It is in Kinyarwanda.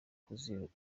kuziyobora